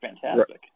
fantastic